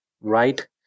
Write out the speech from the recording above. right